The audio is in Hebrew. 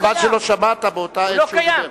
חבל שלא שמעת באותה עת שהוא דיבר.